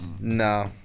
No